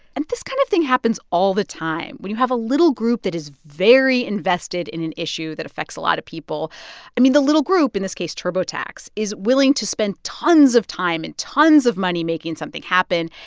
and this kind of thing happens all the time when you have a little group that is very invested in an issue that affects a lot of people i mean, the little group, in this case turbo tax, is willing to spend tons of time and tons of money making something happen.